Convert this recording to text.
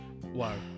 Wow